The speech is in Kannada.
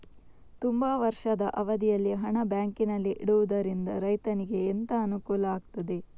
ತುಂಬಾ ವರ್ಷದ ಅವಧಿಯಲ್ಲಿ ಹಣ ಬ್ಯಾಂಕಿನಲ್ಲಿ ಇಡುವುದರಿಂದ ರೈತನಿಗೆ ಎಂತ ಅನುಕೂಲ ಆಗ್ತದೆ?